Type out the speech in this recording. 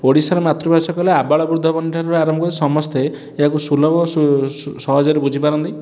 ଓଡ଼ିଶାର ମାତୃଭାଷା କହିଲେ ଆବାଳ ବୃଦ୍ଧ ବନିତାଠାରୁ ଆରମ୍ଭ କରି ସମସ୍ତେ ଏହାକୁ ସୁଲଭ ଓ ସହଜରେ ବୁଝିପାରନ୍ତି